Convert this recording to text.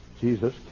Jesus